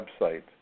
website